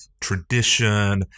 tradition